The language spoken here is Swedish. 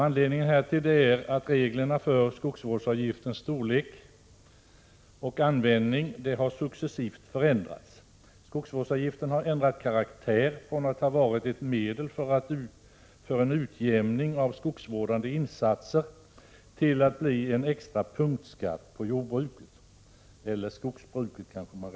Anledningen härtill är att reglerna för skogsvårdsavgiftens storlek och användning har successivt förändrats. Skogsvårdsavgiften har ändrat karaktär, från att ha varit ett medel för utjämning av skogsvårdande insatser till att bli en extra punktskatt på jordbruket — eller rättare sagt skogsbruket.